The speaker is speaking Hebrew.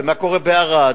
ומה קורה בערד,